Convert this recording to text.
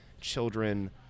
children